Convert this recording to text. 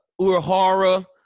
Urahara